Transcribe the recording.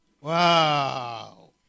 Wow